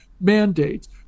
mandates